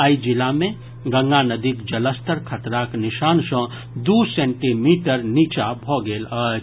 आइ जिला मे गंगा नदीक जलस्तर खतराक निशान सँ दू सेंटीमीटर नीचा भऽ गेल अछि